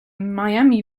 miami